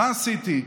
מה עשיתי.